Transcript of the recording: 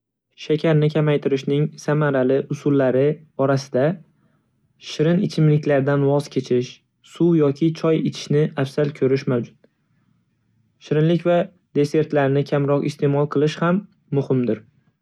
Shakarni kamaytirishning samarali usullari orasida shirin ichimliklardan voz kechish, suv yoki choy ichishni afzal ko'rish mavjud. Shirinlik va desertlarni kamroq iste'mol qilish ham muhimdir